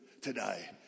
today